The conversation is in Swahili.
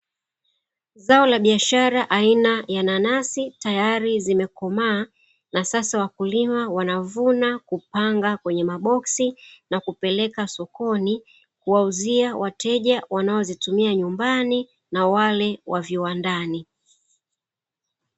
Zao la biashara aina ya nanasi, tayari zimekomaa, na sasa wakulima wanavuna kupanga kwenye maboksi na kupeleka sokoni, kuwauzia wateja wanaozitumia nyumbani na wale wa viwandani.